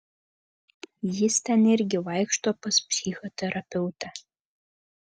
jis ten irgi vaikšto pas psichoterapeutę